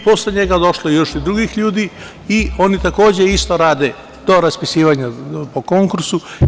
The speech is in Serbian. Posle njega je došlo još drugih ljudi, i oni takođe rade do raspisivanja po konkursu.